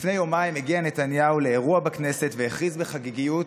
לפני יומיים הגיע נתניהו לאירוע בכנסת והכריז בחגיגיות,